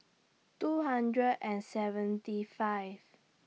two hundred and seventy five